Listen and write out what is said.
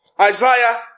Isaiah